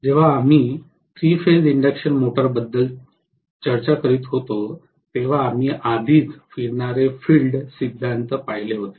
जेव्हा आम्ही three phase induction मोटरबद्दल चर्चा करीत होतो तेव्हा आम्ही आधीच फिरणारे फिल्ड सिद्धांत पाहिले होते